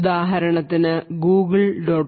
ഉദാഹരണത്തിന് Google